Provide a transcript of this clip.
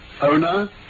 Owner